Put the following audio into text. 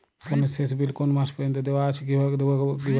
ফোনের শেষ বিল কোন মাস পর্যন্ত দেওয়া আছে দেখবো কিভাবে?